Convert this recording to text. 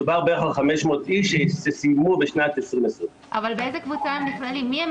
מדובר בערך על 500 איש שסיימו בשנת 2020. באיזה קבוצה הם נכללים?